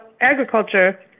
Agriculture